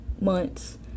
months